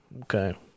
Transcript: Okay